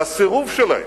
והסירוב שלהם,